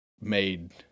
made